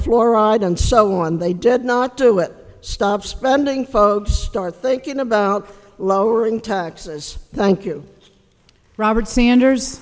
fluoride and so on they did not do it stop spending folks start thinking about lowering taxes thank you robert sanders